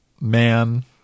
man